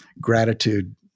Gratitude